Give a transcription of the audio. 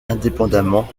indépendamment